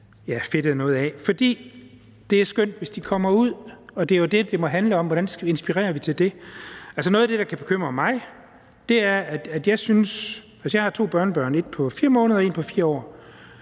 det der fedtede noget af. For det er skønt, hvis de kommer ud, og det er jo det, det må handle om, nemlig hvordan vi inspirerer vi til det. Altså, noget af det, der kan bekymre mig, er, at jeg har to børnebørn, et på 4 måneder og et på 4 år,